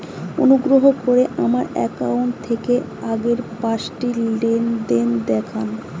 অনুগ্রহ করে আমার অ্যাকাউন্ট থেকে আগের পাঁচটি লেনদেন দেখান